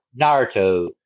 Naruto